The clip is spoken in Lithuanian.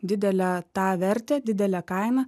didelę tą vertę didelę kainą